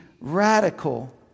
radical